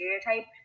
stereotype